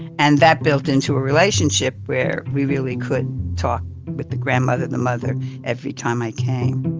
and that built into a relationship where we really could talk with the grandmother, the mother every time i came